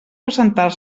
presentar